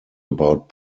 about